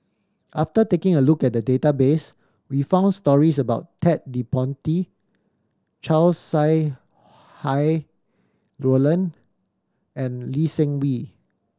after taking a look at the database we found stories about Ted De Ponti Chow Sau Hai Roland and Lee Seng Wee